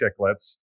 Chicklets